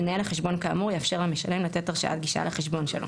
מנהל החשבון כאמור יאפשר למשלם לתת הרשאת גישה לחשבון שלו.